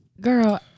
girl